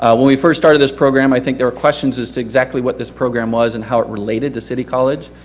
when we first started this program i think there were questions as to exactly what this program was and how it related to city college.